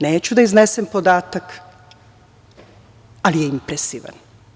Neću da iznesem podatak, ali je impresivan.